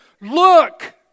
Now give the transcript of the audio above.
Look